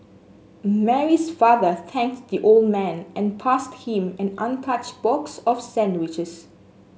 Mary's father thanked the old man and passed him an untouched box of sandwiches